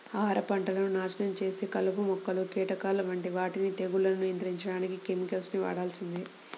ఆహార పంటలను నాశనం చేసే కలుపు మొక్కలు, కీటకాల వంటి వాటిని తెగుళ్లను నియంత్రించడానికి కెమికల్స్ ని వాడాల్సిందే